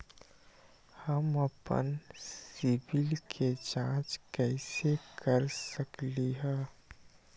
हम अपन सिबिल के जाँच कइसे कर सकली ह?